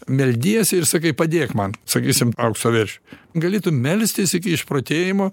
meldiesi ir sakai padėk man sakysim aukso veršiui gali tu melstis iki išprotėjimo